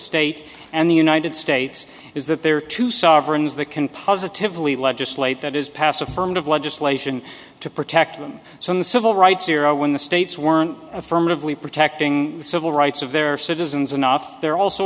state and the united states is that there are two sovereigns that can positively legislate that is pass affirmative legislation to protect them so in the civil rights era when the states weren't affirmatively protecting civil rights of their citizens enough they're also